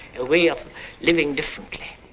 a way of living differently.